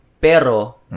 pero